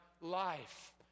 life